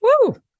woo